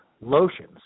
lotions